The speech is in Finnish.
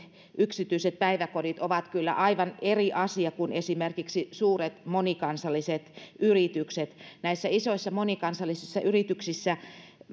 yksityiset päiväkodit ovat kyllä aivan eri asia kuin esimerkiksi suuret monikansalliset yritykset näissä isoissa monikansallisissa yrityksissä